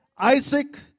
Isaac